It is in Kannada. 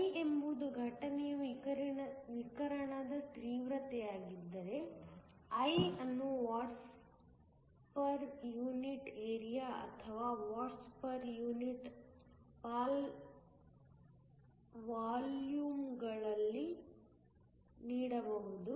I ಎಂಬುದು ಘಟನೆಯ ವಿಕಿರಣದ ತೀವ್ರತೆಯಾಗಿದ್ದರೆ I ಅನ್ನು ವಾಟ್ಸ್ ಪರ್ ಯೂನಿಟ್ ಏರಿಯಾ ಅಥವಾ ವಾಟ್ಸ್ ಪರ್ ಯೂನಿಟ್ ವಾಲ್ಯೂಮ್ಗಳಲ್ಲಿ ನೀಡಬಹುದು